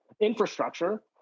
infrastructure